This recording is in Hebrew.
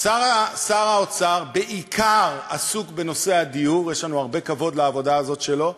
שר האוצר בעיקר עסוק בנושא הדיור יש לנו הרבה כבוד לעבודה הזאת שלו,